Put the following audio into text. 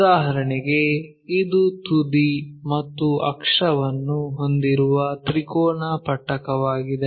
ಉದಾಹರಣೆಗೆ ಇದು ತುದಿ ಮತ್ತು ಅಕ್ಷವನ್ನು ಹೊಂದಿರುವ ತ್ರಿಕೋನ ಪಟ್ಟಕವಾಗಿದೆ